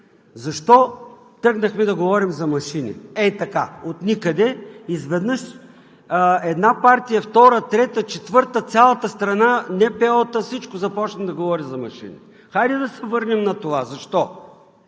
Защо тръгнахме да говорим за машини? Ей така отникъде изведнъж една партия, втора, трета, четвърта, цялата страна, НПО-та, всички започнаха да говорят за машини. Хайде да се върнем на това: защо?